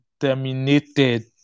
terminated